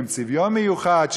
עם צביון מיוחד,